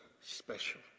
special